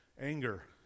anger